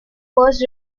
was